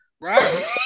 Right